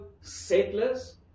settlers